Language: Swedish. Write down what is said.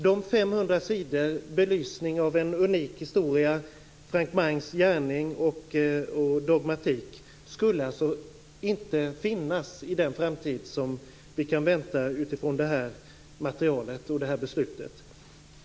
De femhundra sidornas belysning av en unik historia om Frank Mangs gärning och dogmatik skulle alltså inte finnas i den framtid som vi kan vänta utifrån det här beslutet.